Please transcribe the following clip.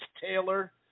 Taylor